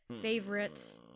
favorite